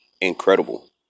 incredible